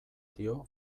dio